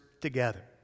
together